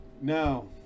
Now